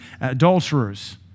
adulterers